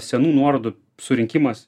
senų nuorodų surinkimas